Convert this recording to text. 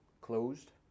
closed